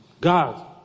God